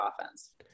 offense